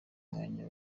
umwanya